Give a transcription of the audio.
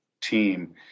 team